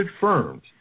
firms